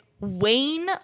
Wayne